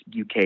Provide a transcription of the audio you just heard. UK